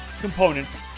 components